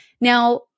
Now